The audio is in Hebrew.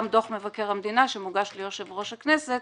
דוח מבקר המדינה שמוגש ליושב-ראש הכנסת